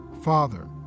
Father